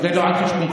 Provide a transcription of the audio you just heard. זה לא על חשבונך.